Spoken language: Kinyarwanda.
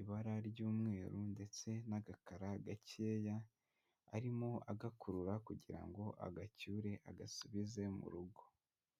ibara ry'umweru ndetse n'agakara gakeya, arimo agakurura kugira ngo agacyure agasubize mu rugo.